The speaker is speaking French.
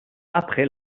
après